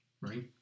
Right